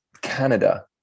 Canada